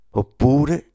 oppure